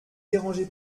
dérangez